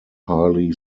highly